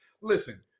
Listen